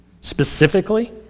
specifically